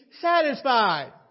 satisfied